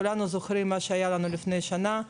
כולנו זוכרים את מה שהיה לנו לפני שנה,